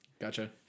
Gotcha